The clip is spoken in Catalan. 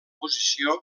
posició